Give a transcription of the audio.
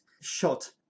shot